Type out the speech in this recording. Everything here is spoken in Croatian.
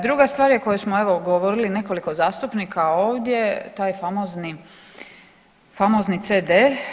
Druga stvar o kojoj smo evo govorili nekoliko zastupnika ovdje taj famozni, famozni CD.